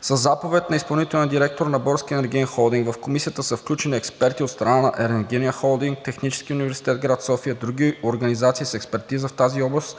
Със заповед на изпълнителния директор на „Българския енергиен холдинг“ в комисията са включени експерти от страна на Енергийния холдинг, Техническия университет – град София, други организации за експертиза в тази област,